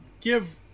Give